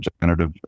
generative